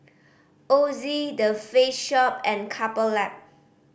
Ozi The Face Shop and Couple Lab